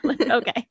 okay